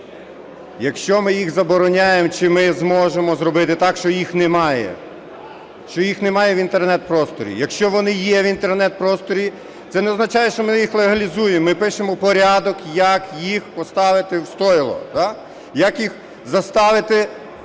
Якщо ми їх забороняємо, чи ми зможемо зробити так, що їх немає, що їх немає в Інтернет-просторі? Якщо вони є в Інтернет-просторі, це не означає, що ми їх легалізуємо. Ми пишемо порядок, як їх поставити в стойло – да? Як їх заставити показувати